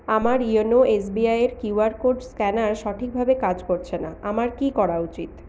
আমার ইয়োনো এসবিআইএর QR code scanner সঠিকভাবে কাজ করছে না আমার কি করা উচিত